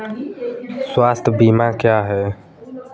स्वास्थ्य बीमा क्या है?